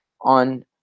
on